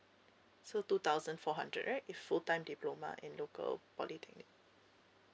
so two thousand four hundred right if full time diploma in local polytechnic